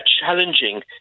challenging